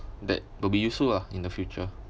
that will be useful lah in the future